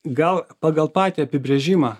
gal pagal patį apibrėžimą